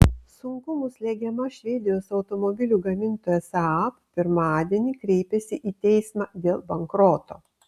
sunkumų slegiama švedijos automobilių gamintoja saab pirmadienį kreipėsi į teismą dėl bankroto